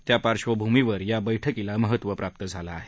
त्या पार्षभूमीवर या बैठकीला महत्व प्राप्त झालं आहे